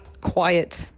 quiet